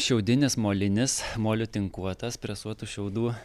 šiaudinis molinis moliu tinkuotas presuotų šiaudų